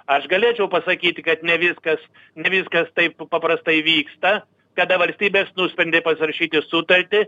aš galėčiau pasakyti kad ne viskas ne viskas taip paprastai vyksta kada valstybės nusprendė pasirašyti sutartį